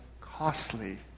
costly